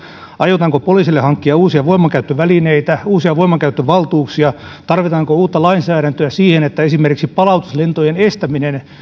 aiotaanko poliisille hankkia uusia voimankäyttövälineitä uusia voimankäyttövaltuuksia tarvitaanko uutta lainsäädäntöä siihen että esimerkiksi palautuslentojen estäminen